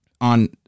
on